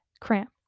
cramp